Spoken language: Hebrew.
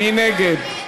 מי נגד?